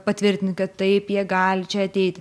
patvirtint kad taip jie gali čia ateiti